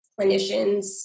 clinicians